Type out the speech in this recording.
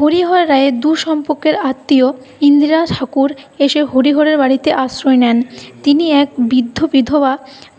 হরিহর রায়ের দূর সম্পর্কের আত্মীয় ইন্দির ঠাকরুন এসে হরিহরের বাড়িতে আশ্রয় নেন তিনি এক বৃদ্ধ বিধবা